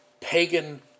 pagan